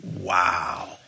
Wow